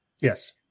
Yes